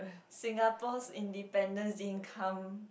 Singapore's independence income